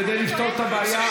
כדי לפתור את הבעיה,